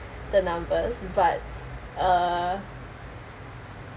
the numbers but uh